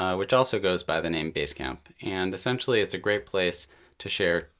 ah which also goes by the name basecamp. and essentially, it's a great place to share